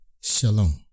Shalom